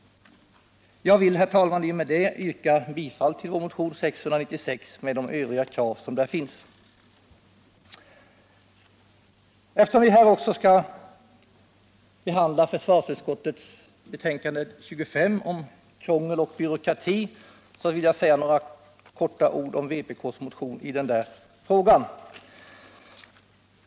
Jag vill, herr talman, yrka bifall till detta och övriga krav i vår motion nr 696. Eftersom vi nu också skall behandla försvarsutskottets betänkande nr 25 om krångel och byråkrati vill jag säga några få ord om vpk-motionen i den frågan.